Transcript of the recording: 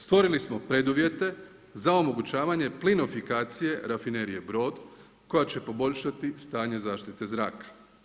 Stvorili smo preduvjete za omogućavanje plinofikacije rafinerije Brod koja će poboljšati stanje zaštite zraka.